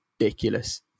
ridiculous